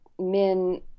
men